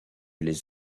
les